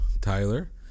Tyler